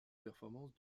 performances